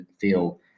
feel